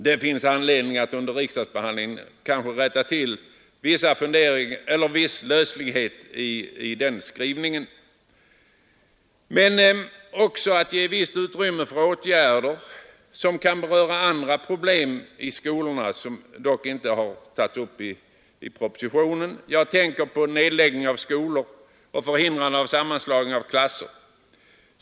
Det finns anledning att under riksdagsbehandlingen rätta till viss löslighet i skrivningen, men också att ge visst utrymme för åtgärder som kan röra andra problem i skolorna, som dock inte har tagits upp i propositionen. Jag tänker på nedläggningen av skolor och förhindrande av sammanslagning av klasser.